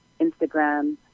Instagram